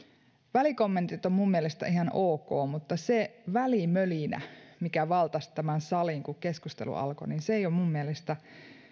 välikommentit ovat mielestäni ihan ok mutta se välimölinä mikä valtasi tämän salin kun keskustelu alkoi ei ole mielestäni